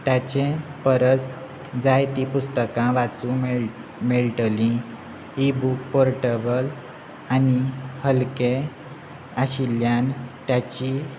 ताचे परस जायती पुस्तकां वाचूं मेळ मेळटली इबूक पोर्टबल आनी हलके आशिल्ल्यान ताची